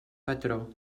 patró